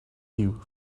you